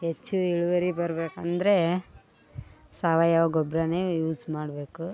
ಹೆಚ್ಚು ಇಳುವರಿ ಬರ್ಬೇಕು ಅಂದರೆ ಸಾವಯವ ಗೊಬ್ರನೇ ಯೂಸ್ ಮಾಡಬೇಕು